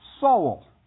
soul